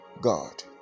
God